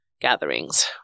gatherings